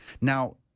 Now